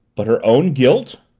but her own guilt!